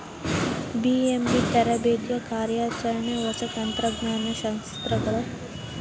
BMB ತರಬೇತಿ ಕಾರ್ಯಾಚರಣೆ ಹೊಸ ತಂತ್ರಜ್ಞಾನ ಶಸ್ತ್ರಾಸ್ತ್ರಗಳ ಉಪಕರಣಗಳ ವಾಹನಗಳ ಅಭಿವೃದ್ಧಿ ಸಂಗ್ರಹಣೆಗೆ ಹಣಕಾಸು ಒದಗಿಸ್ತದ